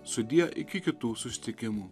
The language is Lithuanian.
sudie iki kitų susitikimų